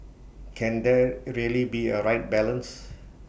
can there really be A right balance